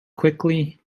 quickly